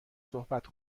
صحبت